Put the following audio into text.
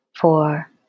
four